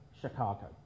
chicago